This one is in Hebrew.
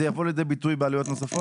זה יבוא לידי ביטוי בעלויות נוספות?